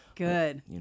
Good